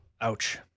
ouch